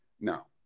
No